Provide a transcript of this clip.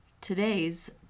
Today's